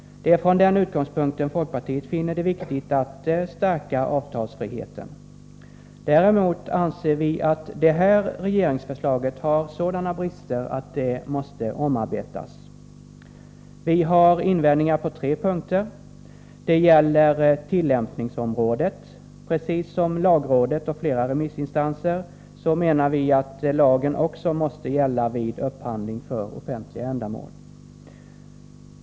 Det är från den utgångspunkten folkpartiet finner det viktigt att stärka avtalsfriheten. Däremot anser vi att det här regeringsförslaget har sådana brister att det måste omarbetas. Vi har invändningar på tre punkter. Det gäller tillämpningsområdet. Precis som lagrådet och flera remissinstanser menar vi att lagen också måste gälla vid upphandling för offentliga ändamål.